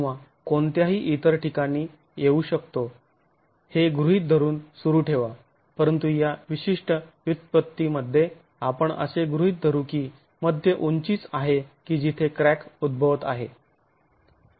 किंवा कोणत्याही इतर ठिकाणी येऊ शकतो हे गृहीत धरून सुरू ठेवा परंतु या विशिष्ट व्युत्पत्ती मध्ये आपण असे गृहीत धरू की मध्य उंचीच आहे की जेथे क्रॅक उद्भवत आहे